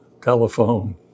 telephone